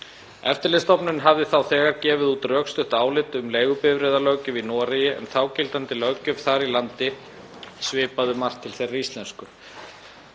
Eftirlitsstofnunin hafði þá þegar gefið út rökstutt álit um leigubifreiðalöggjöf í Noregi en þágildandi löggjöf þar í landi svipaði um margt til þeirrar íslensku.